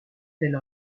telle